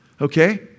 okay